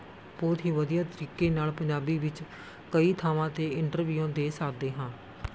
ਬਹੁਤ ਹੀ ਵਧੀਆ ਤਰੀਕੇ ਨਾਲ਼ ਪੰਜਾਬੀ ਵਿੱਚ ਕਈ ਥਾਵਾਂ 'ਤੇ ਇੰਟਰਵਿਊਆਂ ਦੇ ਸਕਦੇ ਹਾਂ